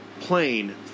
plane